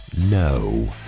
no